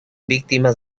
víctimas